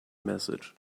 message